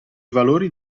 valori